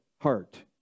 heart